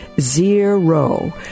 Zero